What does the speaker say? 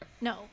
no